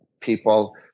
people